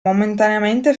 momentaneamente